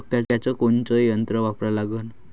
मक्याचं कोनचं यंत्र वापरा लागन?